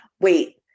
wait